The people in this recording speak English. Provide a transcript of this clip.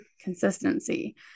consistency